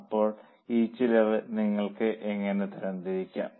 അപ്പോൾ ഈ ചെലവ് നിങ്ങൾ എങ്ങനെ തരംതിരിക്കും